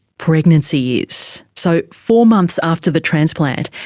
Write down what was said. pregnancy is. so, four months after the transplant,